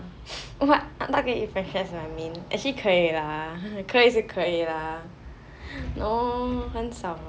what if I I mean actually 可以 lah 可以是可以 lah no 很少